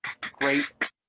great